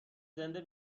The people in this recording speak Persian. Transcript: زنده